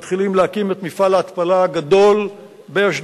מתחילים להקים את מפעל ההתפלה הגדול באשדוד,